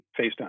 FaceTime